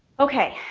okay,